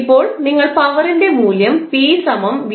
ഇപ്പോൾ നിങ്ങൾ പവറിൻറെ മൂല്യം 𝑝